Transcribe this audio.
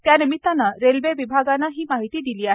त्यानिमित्ताने रेल्वे विभागाने ही माहिती दिली आहे